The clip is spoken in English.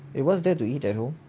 eh what is there to eat at home